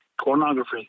pornography